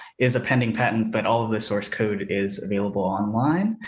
is a pending patent, but all of the source code is available online.